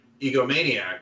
egomaniac